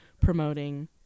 promoting